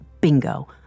bingo